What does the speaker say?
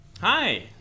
hi